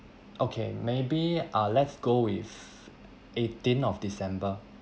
okay maybe uh let's go with eighteenth of december